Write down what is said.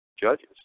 judges